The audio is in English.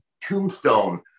Tombstone